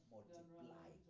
Multiply